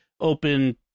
open